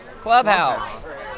clubhouse